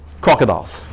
Crocodiles